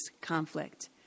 conflict